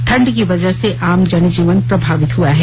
ठंड की वजह से आमजन जीवन प्रभावित हुआ है